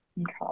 Okay